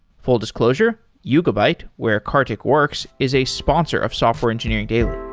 full disclosure, yugabyte, where karthik works, is a sponsor of software engineering daily